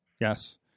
yes